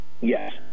Yes